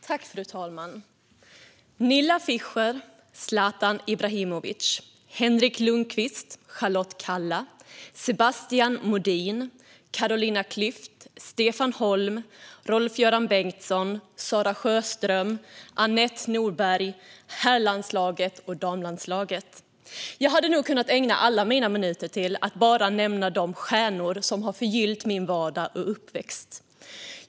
Fru talman! Nilla Fischer. Zlatan Ibrahimovic. Henrik Lundqvist. Charlotte Kalla. Zebastian Modin. Carolina Klüft. Stefan Holm. Rolf-Göran Bengtsson. Sarah Sjöström. Anette Norberg. Herrlandslaget och damlandslaget. Jag hade nog kunnat ägna all min talartid enbart åt att nämna de stjärnor som förgyllt min vardag och uppväxt.